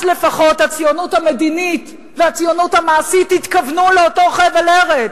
אז לפחות הציונות המדינית והציונות המעשית התכוונו לאותו חבל ארץ.